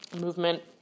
movement